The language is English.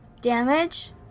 damage